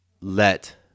let